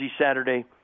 Saturday